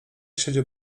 siedział